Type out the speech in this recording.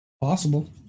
possible